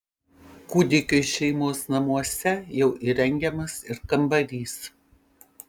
kūdikiui šeimos namuose jau įrengiamas ir kambarys